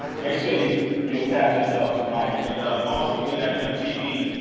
make sure you you attach yourself to mike. and also being at mtv,